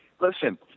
listen